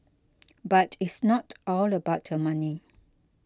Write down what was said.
but it's not all about the money